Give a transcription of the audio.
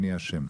אני השם".